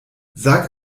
sag